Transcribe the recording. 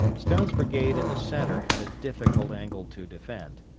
stone's brigade in the centre had a difficult angle to defend,